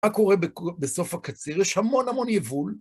מה קורה בסוף הקציר? יש המון המון יבול.